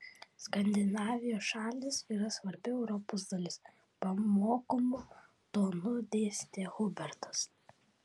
skandinavijos šalys yra svarbi europos dalis pamokomu tonu dėstė hubertas